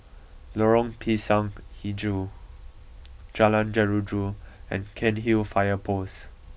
Lorong Pisang HiJau Jalan Jeruju and Cairnhill Fire Post